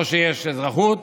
או שיש אזרחות